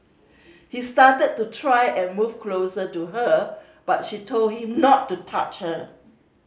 he started to try and move closer to her but she told him not to touch her